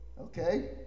Okay